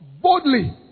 boldly